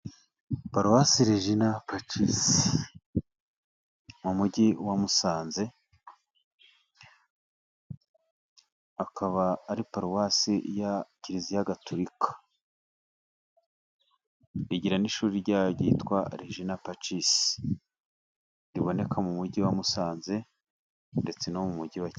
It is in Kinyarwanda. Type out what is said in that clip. Paruwasi regina pacisi mu mujyi wa Musanze. Akaba ari paruwasi ya kiriziya gaturika, igira n'ishuri ryayo ryitwa Regina pacisi riherereye mujyi wa Musanze.